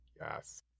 Yes